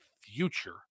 future